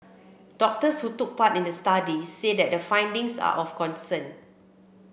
doctors who took part in the study said that the findings are of concern